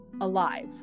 alive